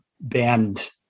band